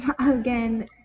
again